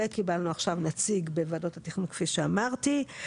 וקיבלנו עכשיו נציג בוועדות התכנון כפי שאמרתי.